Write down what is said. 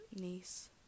niece